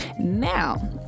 now